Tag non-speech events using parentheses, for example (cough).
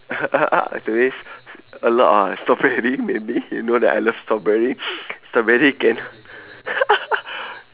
(laughs) uh to me is a lot of strawberry maybe you know that I love strawberry (noise) strawberry can (laughs)